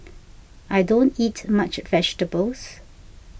I don't eat much vegetables